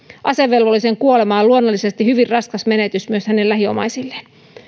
asevelvollisen kuolema on luonnollisesti hyvin raskas menetys myös hänen lähiomaisilleen